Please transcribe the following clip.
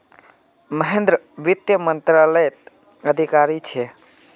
महेंद्र वित्त मंत्रालयत अधिकारी छे